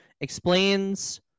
explains